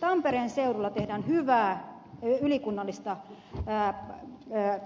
tampereen seudulla tehdään hyvää ylikunnallista